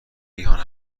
احیانا